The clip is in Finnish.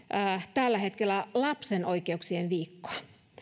tällä hetkellä lapsen oikeuksien viikkoa